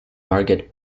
margaret